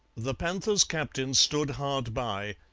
the panther's captain stood hard by,